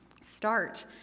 start